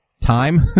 time